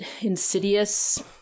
insidious